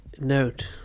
note